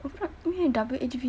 我不懂因为 W_A_D_P